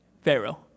Pharaoh